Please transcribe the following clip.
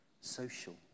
social